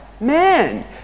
man